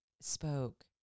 spoke